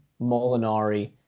Molinari